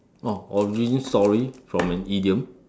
oh origin story from an idiom